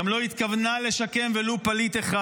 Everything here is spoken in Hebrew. גם לא התכוונה לשקם, ולו פליט אחד.